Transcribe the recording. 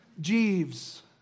Jeeves